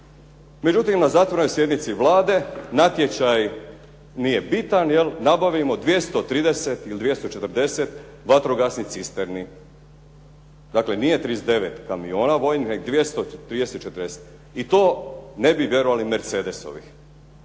Međutim, na zatvorenoj sjednici Vlade natječaj nije bitan, nabavimo 230 ili 240 vatrogasnih cisterni. Dakle, nije 39 kamiona vojnih, nego 230-240 i to ne bi vjerovali, Mercedesovih.